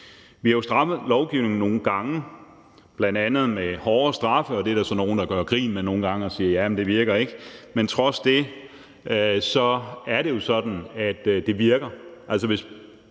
Vi har jo strammet lovgivningen nogle gange, bl.a. med hårdere straffe, og det er der så nogle der gør grin med nogle gange og siger: Ja, men det virker ikke. Men trods det er det jo sådan, at det virker.